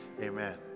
Amen